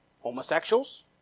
homosexuals